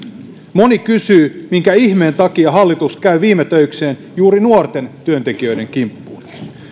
moni kysyy minkä ihmeen takia hallitus käy viime töikseen juuri nuorten työntekijöiden kimppuun